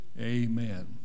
Amen